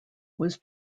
was